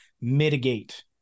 mitigate